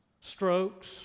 strokes